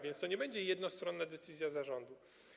A zatem to nie będzie jednostronna decyzja zarządu.